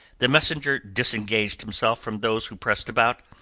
the messenger disengaged himself from those who pressed about,